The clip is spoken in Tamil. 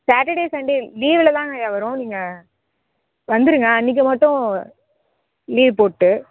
சாட்டர்டே சன்டே லீவில் தான்ங்கய்யா வரும் நீங்கள் வந்துடுங்க அன்னைக்கி மட்டும் லீவு போட்டு